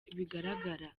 bigaragara